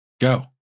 Go